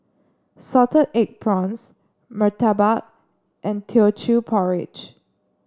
Salted Egg Prawns Murtabak and Teochew Porridge